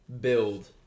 build